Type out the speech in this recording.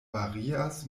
varias